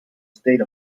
state